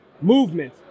movement